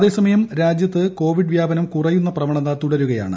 അതേസമയം രാജ്യത്ത് കോവിഡ് വ്യാപനം കുറയുന്ന പ്രവണത തുടരുകയാണ്